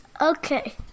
Okay